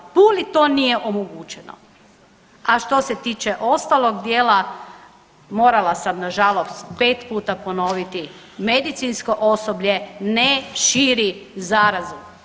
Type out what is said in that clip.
Puli to nije omogućeno, a što se tiče ostalog dijela, morala sam nažalost 5 puta ponoviti, medicinsko osoblje ne širi zarazu!